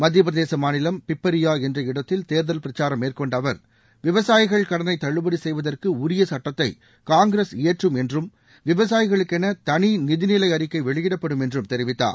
மத்தியப்பிரதேச மாநிலம் பிப்பரியா என்ற இடத்தில் தேர்தல் பிரச்சாரம் மேற்கொண்ட அவர் விவசாயிகள் கடனை தள்ளுபடி செய்வதற்கு உரிய சட்டத்தை காங்கிரஸ் இயற்றும் என்றும் விவசாயிகளுக்கு என தனி நிதிநிலை அறிக்கை வெளியிடப்படும் என்றும் தெரிவித்தார்